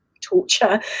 torture